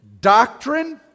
doctrine